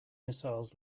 missiles